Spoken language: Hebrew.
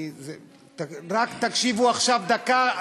רק תקשיבו עכשיו דקה.